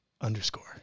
underscore